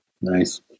Nice